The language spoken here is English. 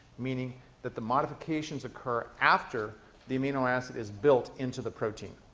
meaning that the modifications occur after the amino acid is built into the protein.